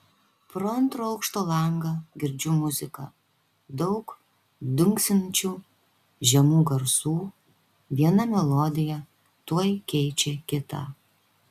pro antro aukšto langą girdžiu muziką daug dunksinčių žemų garsų viena melodija tuoj keičia kitą